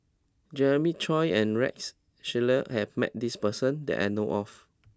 Jeremiah Choy and Rex Shelley has met this person that I know of